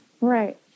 Right